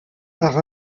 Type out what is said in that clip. par